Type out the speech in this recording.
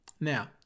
Now